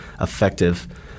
effective